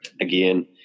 again